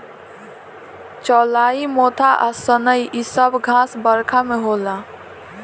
चौलाई मोथा आ सनइ इ सब घास बरखा में होला